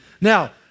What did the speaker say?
Now